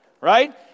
Right